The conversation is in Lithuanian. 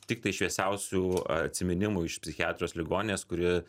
tiktai šviesiausių atsiminimų iš psichiatrijos ligoninės kuri